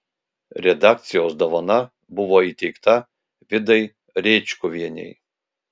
redakcijos dovana buvo įteikta vidai rėčkuvienei